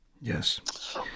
Yes